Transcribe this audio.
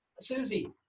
Susie